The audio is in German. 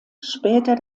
später